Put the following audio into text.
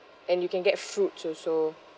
and you can get fruits also